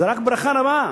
זה רק ברכה רבה.